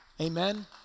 amen